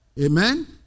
Amen